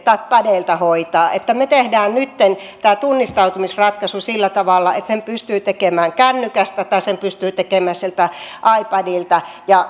tai pädeiltä hoitaa me teemme nytten tämän tunnistautumisratkaisun sillä tavalla että sen pystyy tekemään kännykästä tai sen pystyy tekemään sieltä ipadilta ja